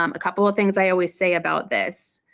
um a couple of things i always say about this.